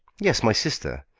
yes, my sister.